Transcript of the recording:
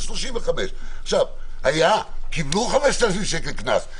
זה 35. הם קיבלו 5,000 שקל קנס,